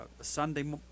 Sunday